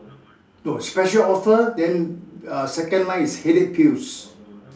no special offer then uh second line is headache pills